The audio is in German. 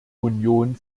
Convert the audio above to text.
union